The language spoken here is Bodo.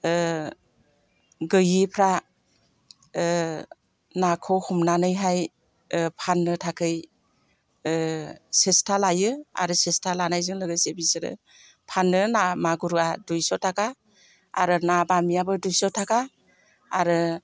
गैयिफ्रा नाखौ हमनानैहाय फाननो थाखै सेसथा लायो आरो सेसथा लानायजों लोगोसे बिसोरो फानो ना मागुरा दुइस' थाखा आरो ना बामियाबो दुइस'थाखा आरो